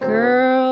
Girl